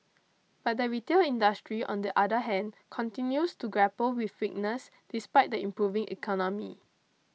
but the retail industry on the other hand continues to grapple with weakness despite the improving economy